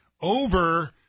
over